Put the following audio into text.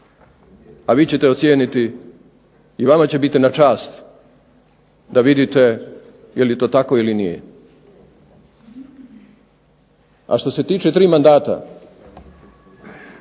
a vi ćete ocijeniti i vama će biti na čast da vidite je li to tako ili nije. A što se tiče tri mandata,